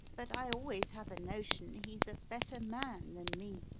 but i always have a notion he's a better man than me,